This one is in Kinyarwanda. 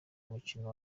umukino